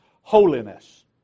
holiness